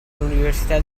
l’università